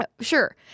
Sure